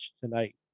tonight